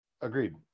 agreed